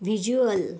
visual